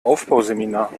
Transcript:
aufbauseminar